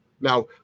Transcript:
Now